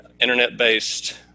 internet-based